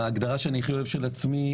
ההגדרה שאני הכי אוהב של עצמי,